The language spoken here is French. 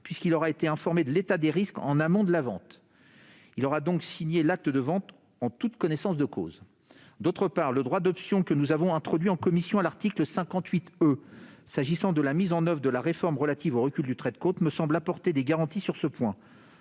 puisqu'il aura été informé de l'état des risques en amont de la vente. Il aura donc signé l'acte de vente en connaissance de cause. D'autre part, le droit d'option que nous avons introduit en commission à l'article 58 E, concernant la mise en oeuvre de la réforme relative au recul du trait de côte, me semble apporter des garanties sur ce point.